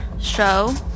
show